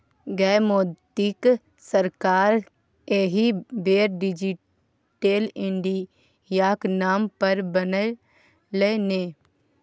गै मोदीक सरकार एहि बेर डिजिटले इंडियाक नाम पर बनलै ने